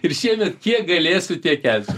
ir šiemet kiek galėsiu tiek kelsiu